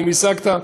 האם השגת,